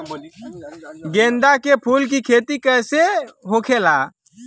गेंदा के फूल की खेती कैसे होखेला?